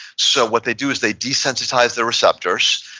so what they do is, they desensitize their receptors,